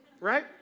Right